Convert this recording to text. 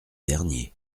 derniers